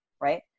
right